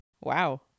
Wow